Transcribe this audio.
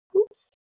oops